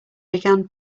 began